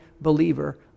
believer